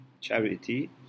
charity